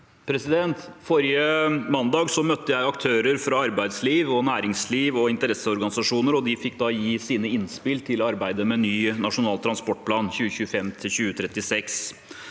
Forrige man- dag møtte jeg aktører fra arbeidsliv, næringsliv og interesseorganisasjoner, og de fikk da gi sine innspill til arbeidet med en ny nasjonal transportplan for 2025– 2036.